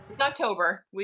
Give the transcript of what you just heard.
October